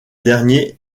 dernier